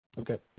Okay